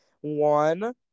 One